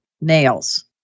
nails